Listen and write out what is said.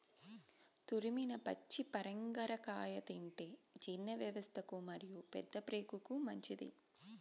తురిమిన పచ్చి పరింగర కాయ తింటే జీర్ణవ్యవస్థకు మరియు పెద్దప్రేగుకు మంచిది